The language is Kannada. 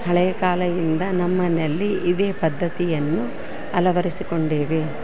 ಹಳೇಕಾಲ ಇಂದ ನಮ್ಮಮನೇಲಿ ಇದೇ ಪದ್ದತಿಯನ್ನು ಅಳವಡಿಸಿಕೊಂಡಿವೆ